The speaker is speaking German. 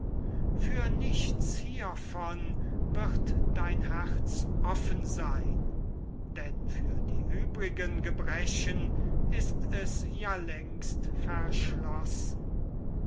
für nichts hiervon wird dein herz offen sein denn für die übrigen gebrechen ist es ja längst verschlossen